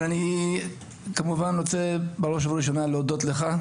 אני כמובן רוצה בראש ובראשונה להודות לך,